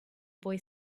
boy